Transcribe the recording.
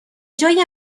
جای